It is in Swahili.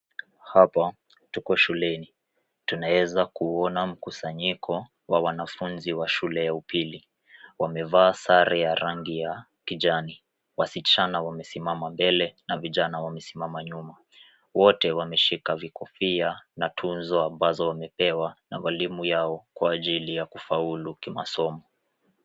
Hapa tuko shuleni. Tunaweza kuona mkusanyiko wa wanafunzi wa shule ya upili. Wamevaa sare ya rangi ya kijani. Wasichana wamesimama mbele na vijana wamesimama nyuma. Wote wameshika vikofia na tuzo ambazo wamepewa na mwalimu yao kwa ajili ya kufaulu kimasomo.